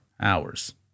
hours